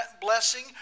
blessing